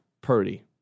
Purdy